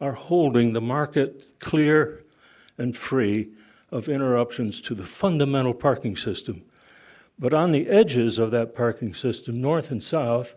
are holding the market clear and free of interruptions to the fundamental parking system but on the edges of that parking system north and south